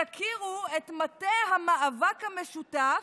תכירו את מטה המאבק המשותף,